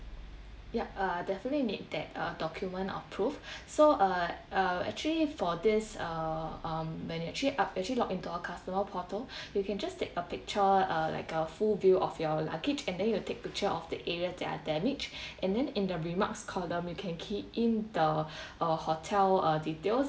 yup uh definitely need that uh document of proof so uh uh actually for this uh um when you actually up actually log into our customer portal you can just take a picture uh like a full view of your luggage and then you take picture of the area that are damage and then in the remarks column you can key in the uh hotel uh details